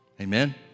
Amen